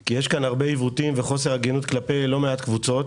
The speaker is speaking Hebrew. כי יש פה הרבה עיוותים וחוסר הגינות כלפי לא מעט קבוצות,